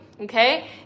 okay